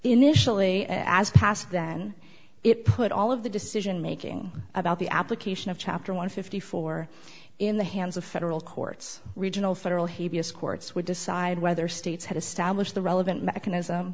initially as passed then it put all of the decision making about the application of chapter one fifty four in the hands of federal courts regional federal habeas courts would decide whether states had established the relevant